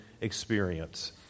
experience